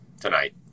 tonight